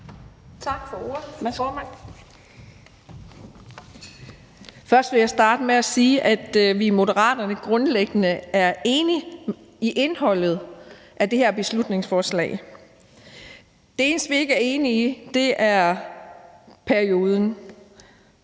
Først vil jeg starte med at sige, at vi i Moderaterne grundlæggende er enige i indholdet af det her beslutningsforslag. Det eneste, vi ikke er enige i, er perioden.